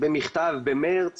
במכתב במרץ